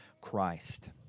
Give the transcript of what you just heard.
Christ